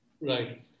Right